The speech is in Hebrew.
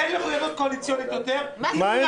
אין מחויבות קואליציונית יותר --- מה